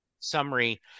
summary